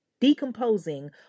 decomposing